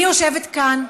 אני יושבת כאן,